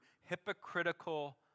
hypocritical